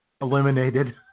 eliminated